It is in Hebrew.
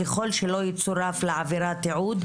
ככל שלא יצורף לעבירה תיעוד,